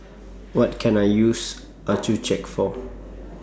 What Can I use Accucheck For